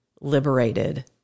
liberated